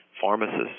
pharmacists